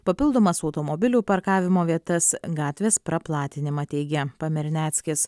papildomas automobilių parkavimo vietas gatvės praplatinimą teigė pamerneckis